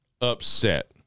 upset